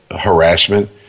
harassment